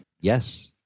Yes